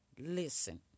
listen